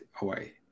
away